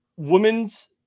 Women's –